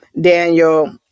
Daniel